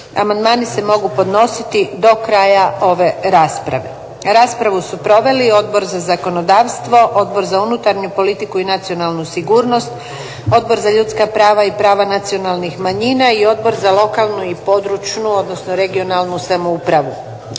Amandmani se mogu podnositi do kraja ove rasprave. Raspravu su proveli Odbor za zakonodavstvo, Odbor za unutarnju politiku i nacionalnu sigurnost, Odbor za ljudska prava i prava nacionalnih manjina i Odbor za lokalnu i područnu (regionalnu) samoupravu.